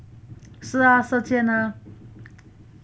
是啊射箭啊